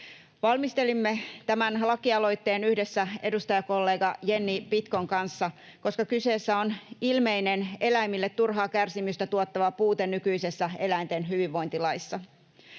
Valmistelimme tämän lakialoitteen yhdessä edustajakollega Jenni Pitkon kanssa, koska kyseessä on ilmeinen eläimille turhaa kärsimystä tuottava puute nykyisessä eläinten hyvinvointilaissa.